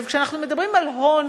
כשאנחנו מדברים על הון,